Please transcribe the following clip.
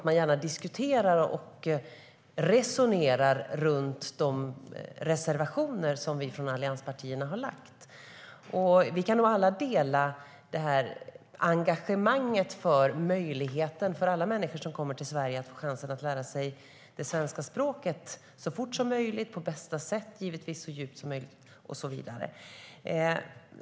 Man diskuterar och resonerar gärna om de reservationer som vi från allianspartierna har lagt fram. Vi kan alla dela engagemanget för möjligheten för alla människor som kommer till Sverige att få chansen att lära sig det svenska språket så fort som möjligt på bästa sätt och givetvis så djupt som möjligt, och så vidare.